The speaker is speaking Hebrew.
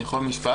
אני יכול משפט?